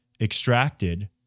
extracted